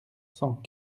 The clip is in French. cent